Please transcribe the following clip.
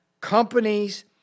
companies